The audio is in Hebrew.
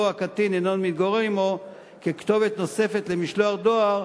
הקטין אינו מתגורר עמו ככתובת נוספת למשלוח דואר.